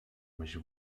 myśl